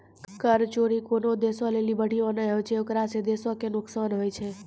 कर चोरी कोनो देशो लेली बढ़िया नै होय छै ओकरा से देशो के नुकसान होय छै